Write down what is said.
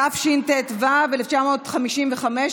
התשט"ו 1955,